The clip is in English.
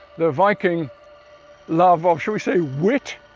the viking love of, shall we say wit!